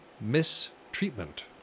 mistreatment